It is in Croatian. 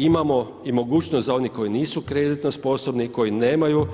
Imamo i mogućnost za one koji nisu kreditno sposobni, koji nemaju